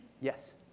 Yes